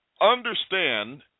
understand